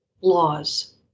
laws